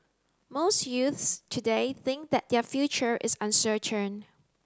most youths today think that their future is uncertain